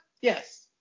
yes